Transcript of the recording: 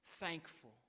thankful